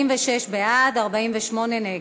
46 בעד, 48 נגד.